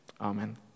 Amen